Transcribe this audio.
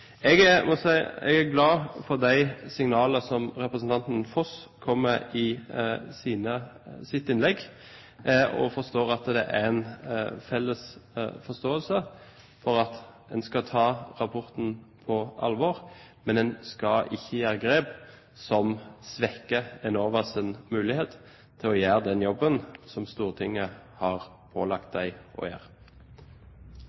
Jeg er glad for de signalene som representanten Foss kom med i sitt innlegg, og ser at det er en felles forståelse for at man skal ta rapporten på alvor, men man skal ikke gjøre grep som svekker Enovas mulighet til å gjøre den jobben som Stortinget har pålagt